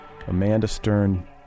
amandastern